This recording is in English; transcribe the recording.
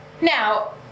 Now